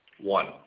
One